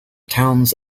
towns